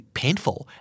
painful